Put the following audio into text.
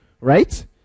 right